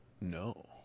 No